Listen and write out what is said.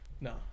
No